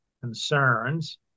concerns